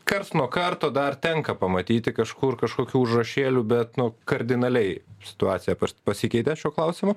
karts nuo karto dar tenka pamatyti kažkur kažkokių užrašėlių bet nu kardinaliai situacija pasikeitė šiuo klausimu